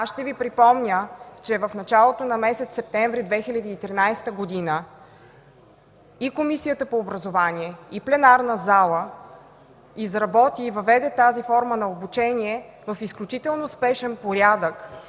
Аз ще Ви припомня, че в началото на месец септември 2013 г. и Комисията по образованието, и пленарната зала, изработи и въведе тази форма на обучение в изключително успешен порядък